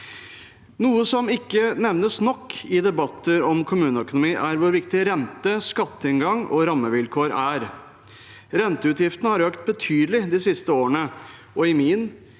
Noe som ikke nevnes nok i debatter om kommuneøkonomi, er hvor viktig rente, skatteinngang og rammevilkår er. Renteutgiftene har økt betydelig de siste årene, og i min